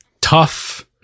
tough